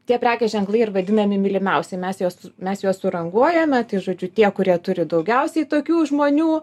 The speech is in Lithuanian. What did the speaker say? tie prekės ženklai ir vadinami mylimiausi mes juos mes juos suranguojame tai žodžiu tie kurie turi daugiausiai tokių žmonių